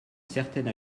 certaine